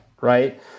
right